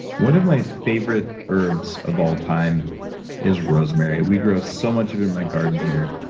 one of my favorite herbs of all time is rosemary. we grow so much of it in my garden here,